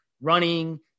running